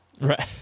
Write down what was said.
right